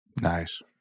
Nice